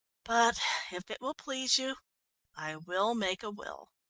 but if it will please you i will make a will.